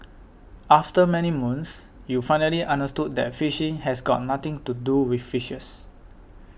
after many moons you finally understood that phishing has got nothing to do with fishes